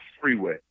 freeway